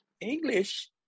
English